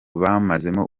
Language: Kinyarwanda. bamazemo